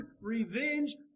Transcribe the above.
revenge